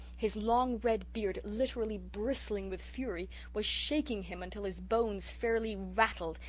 his long red beard literally bristling with fury, was shaking him until his bones fairly rattled,